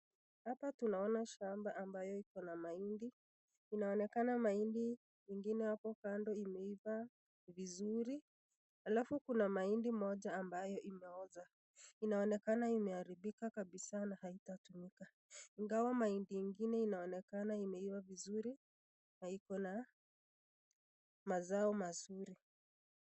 Hapa tunaona shamba ambayo iko na mahindi, inaonekana mahindi ingine apo kando imeiva vizuri halafu kuna mahindi moja ambayo imeoza. Inaonekana imeharibika kabisaa na haitatumika, ingawa mahindi ingine inaonekana imeiva vizuri na iko na mazao mazuri.